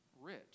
rich